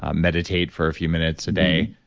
ah meditate for a few minutes a day.